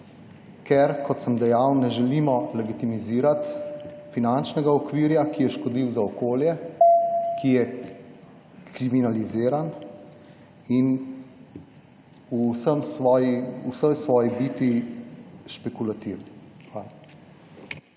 ker, kot sem dejal, ne želimo legitimizirati finančnega okvirja, ki je škodljiv za okolje, ki je kriminaliziran in v vsej svoji biti špekulativen. Hvala.